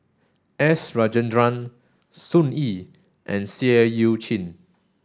S Rajendran Sun Yee and Seah Eu Chin